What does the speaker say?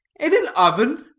in an oven?